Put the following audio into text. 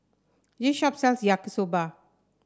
this shop sells Yaki Soba